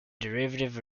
derivative